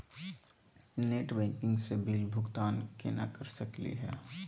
Net banking स bill भुगतान केना कर सकली हे?